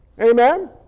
Amen